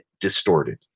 distorted